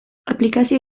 aplikazioa